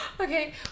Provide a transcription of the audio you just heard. Okay